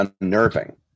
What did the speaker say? unnerving